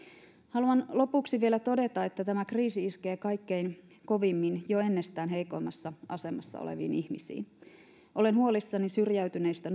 haluan lopuksi vielä todeta että tämä kriisi iskee kaikkein kovimmin jo ennestään heikoimmassa asemassa oleviin ihmisiin olen huolissani syrjäytyneistä